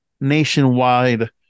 nationwide